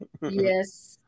Yes